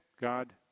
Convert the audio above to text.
God